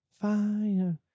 fire